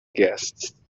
guests